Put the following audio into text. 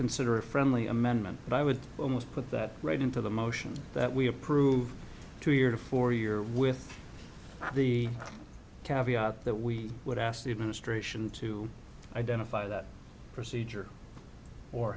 consider a friendly amendment but i would almost put that right into the motion that we approved two year for year with the caveat that we would ask the administration to identify that procedure or